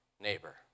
neighbor